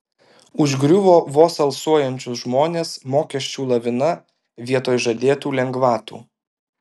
užgriuvo vos alsuojančius žmones mokesčių lavina vietoj žadėtų lengvatų